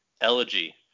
elegy